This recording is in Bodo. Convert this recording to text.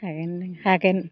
हागोन